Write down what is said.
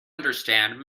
understand